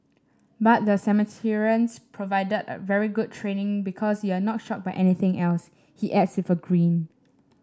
but the Samaritans provided very good training because you're not shocked by anything he adds with a grin